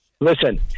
Listen